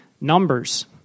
Numbers